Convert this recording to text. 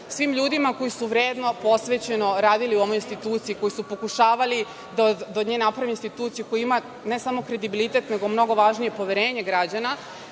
svim ljudima koji su vredno, posvećeno, radili u onoj instituciji, koji su pokušavali da od nje naprave instituciju koja ima ne samo kredibilitet nego i mnogo važnije, poverenje građana,